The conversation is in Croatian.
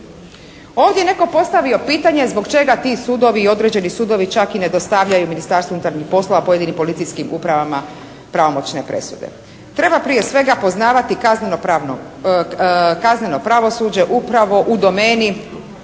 Ovdje je netko postavio pitanje zbog čega ti sudovi i određeni sudovi čak i ne dostavljaju Ministarstvu unutarnjih poslova, pojedinim policijskim upravama pravomoćne presude. Treba prije svega poznavati kazneno pravosuđe upravo u domeni